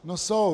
No jsou.